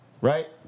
right